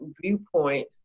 viewpoint